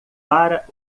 para